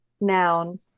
Noun